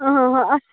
اۭں اۭں اَسہِ